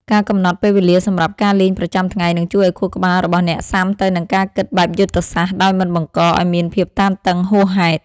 ការកំណត់ពេលវេលាសម្រាប់ការលេងប្រចាំថ្ងៃនឹងជួយឱ្យខួរក្បាលរបស់អ្នកស៊ាំទៅនឹងការគិតបែបយុទ្ធសាស្ត្រដោយមិនបង្កឱ្យមានភាពតានតឹងហួសហេតុ។